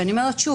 שוב,